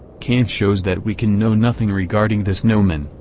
kant shows that we can know nothing regarding this noumen,